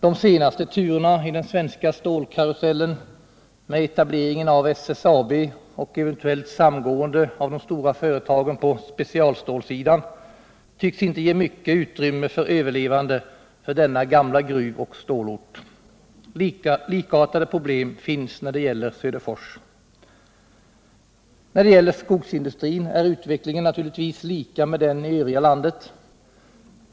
De senaste turerna i den svenska stålkarusellen, med etableringen av SSAB och eventuellt samgående av de stora företagen på specialstålssidan, tycks inte ge mycket utrymme för överlevande för denna gamla gruvoch stålort. Likartade problem finns i Söderfors. När det gäller skogsindustrin är utvecklingen naturligtvis lika som i övriga landet.